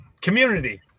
Community